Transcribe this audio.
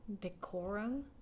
decorum